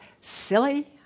silly